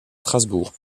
strasbourg